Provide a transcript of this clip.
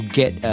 get